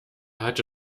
hatte